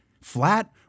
Flat